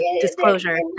disclosure